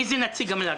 מי הוא נציג המל"ג?